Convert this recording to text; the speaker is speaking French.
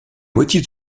motifs